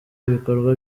ibikorwa